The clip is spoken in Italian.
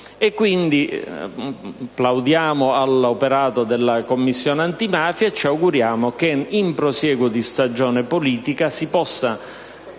Quindi, plaudiamo all'operato della Commissione antimafia e ci auguriamo che, in prosieguo di stagione politica, si possa